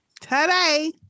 today